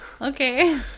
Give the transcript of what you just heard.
Okay